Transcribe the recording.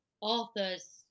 Authors